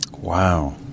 Wow